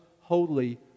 holy